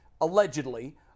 allegedly